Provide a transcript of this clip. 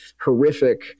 horrific